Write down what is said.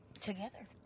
together